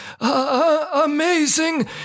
amazing